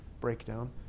breakdown